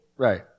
Right